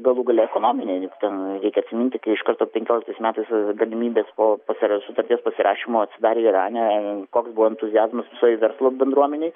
galų gale ekonominiai juk ten reikia atsiminti kai iš karto penkioliktais metais galimybės po pasiraš sutarties pasirašymo atsidarė irane koks buvo entuziazmas visoj verslo bendruomenėj